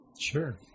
Sure